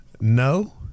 no